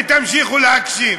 ותמשיכו להקשיב.